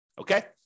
Okay